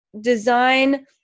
design